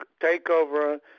takeover